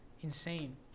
Insane